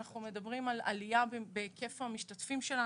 אנחנו מדברים על עלייה בהיקף המשתתפים שלנו.